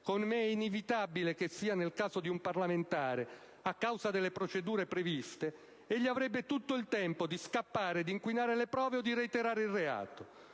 com'è inevitabile che sia nel caso di un parlamentare a causa delle procedure previste, avrebbe tutto il tempo di scappare, inquinare le prove o reiterare il reato.